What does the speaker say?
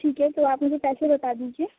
ٹھیک ہے تو آپ مجھے پیسے بتا دیجیے